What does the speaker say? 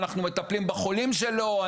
אנחנו מטפלים בחולים שלו,